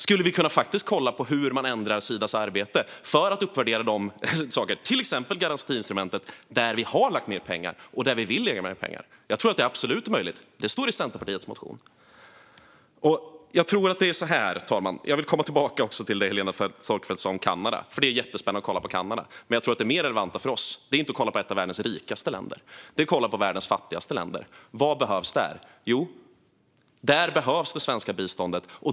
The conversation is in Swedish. Skulle vi kunna kolla på hur man ändrar Sidas arbete för att uppvärdera de saker, till exempel garantiinstrumentet, där vi har lagt mer pengar och där vi vill lägga mer pengar? Jag tror absolut att det är möjligt. Detta står också i Centerpartiets motion. Fru talman! Jag vill återkomma till det som Helena Storckenfeldt sa om Kanada. Det är jättespännande att kolla på Kanada. Men jag tror att det mer relevanta för oss inte är att kolla på ett av världens rikaste länder utan att kolla på världens fattigaste länder. Vad behövs där? Jo, där behövs det svenska biståndet.